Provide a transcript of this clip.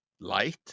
Light